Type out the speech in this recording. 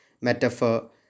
metaphor